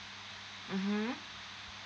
mmhmm